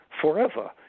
forever